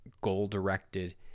goal-directed